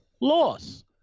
loss